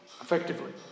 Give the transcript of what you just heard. effectively